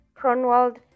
Cronwald